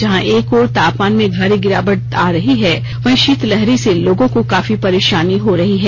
जहां एक ओर तापमान में भारी गिरावट आ रही है वहीं शीतलहरी से लोगों को काफी परेशानी हो रही है